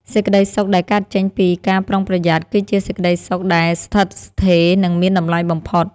សេចក្តីសុខដែលកើតចេញពីការប្រុងប្រយ័ត្នគឺជាសេចក្តីសុខដែលស្ថិតស្ថេរ និងមានតម្លៃបំផុត។